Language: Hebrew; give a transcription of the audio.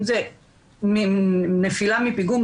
אם זה נפילה מפיגום,